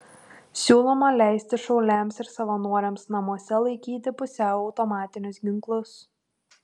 siūloma leisti šauliams ir savanoriams namuose laikyti pusiau automatinius ginklus